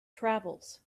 travels